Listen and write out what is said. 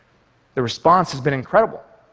the response has been incredible.